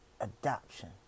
Adoption